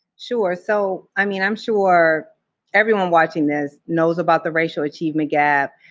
sure. so, i mean, i'm sure everyone watching this knows about the racial achievement gap.